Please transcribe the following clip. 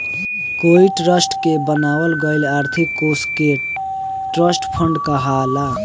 कोई ट्रस्ट के बनावल गईल आर्थिक कोष के ट्रस्ट फंड कहाला